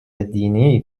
دینی